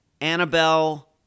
Annabelle